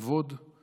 בכבוד /